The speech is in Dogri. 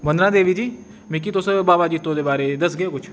बंधना देवी जी मिगी तुस वाबा जित्तो दे बारै दसगे किश